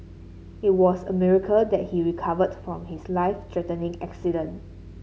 it was a miracle that he recovered from his life threatening accident